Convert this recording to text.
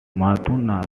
madonna